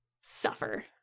suffer